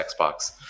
Xbox